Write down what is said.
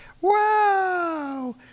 wow